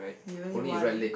you only eat one